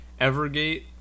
Evergate